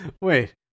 Wait